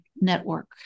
Network